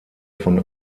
von